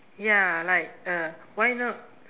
ya like uh why not